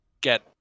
get